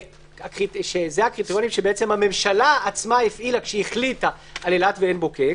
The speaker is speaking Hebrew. שזה הקריטריונים שהממשלה עצמה הפעילה כשהחליטה על אילת ועין בוקק,